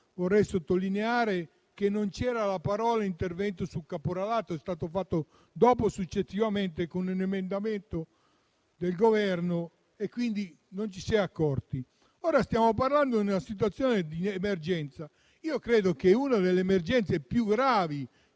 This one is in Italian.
vorrei sottolineare che non c'era alcun intervento sul caporalato e che questo è stato inserito poi successivamente, con un emendamento del Governo. Quindi non se ne erano è accorti. Ora stiamo parlando di una situazione di emergenza e io credo che una delle emergenze più gravi